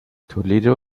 toledo